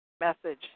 message